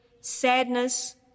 sadness